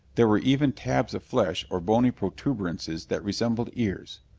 there were even tabs of flesh or bony protuberances that resembled ears.